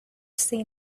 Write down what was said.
say